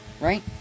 right